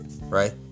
right